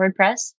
WordPress